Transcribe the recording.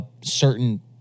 certain